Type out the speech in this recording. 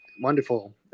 Wonderful